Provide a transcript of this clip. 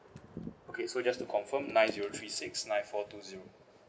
okay so just to confirm nine zero three six nine four two zero